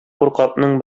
куркакның